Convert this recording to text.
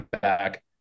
back